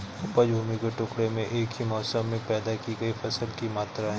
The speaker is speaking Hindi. उपज भूमि के टुकड़े में एक ही मौसम में पैदा की गई फसल की मात्रा है